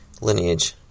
lineage